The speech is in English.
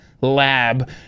lab